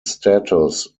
status